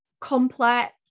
complex